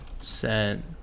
sent